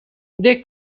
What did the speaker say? they